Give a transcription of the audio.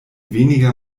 weniger